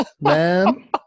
Man